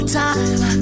time